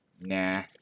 Nah